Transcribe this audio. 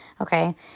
Okay